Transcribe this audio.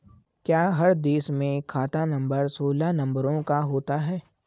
क्या हर देश में खाता नंबर सोलह नंबरों का होता है?